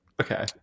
Okay